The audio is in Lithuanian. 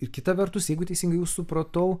ir kita vertus jeigu teisingai jus supratau